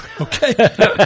Okay